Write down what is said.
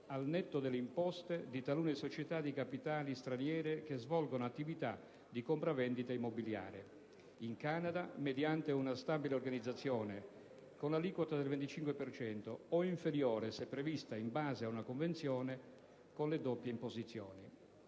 al netto delle imposte, di talune società di capitali straniere che svolgono attività di compravendita immobiliare in Canada mediante una stabile organizzazione, con l'aliquota del 25 per cento (o inferiore, se prevista in base a una convenzione contro le doppie imposizioni).